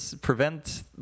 prevent